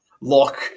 lock